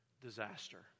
disaster